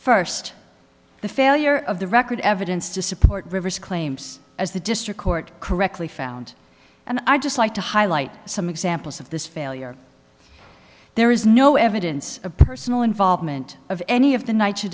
first the failure of the record evidence to support rivers claims as the district court correctly found and i just like to highlight some examples of this failure there is no evidence of personal involvement of any of the night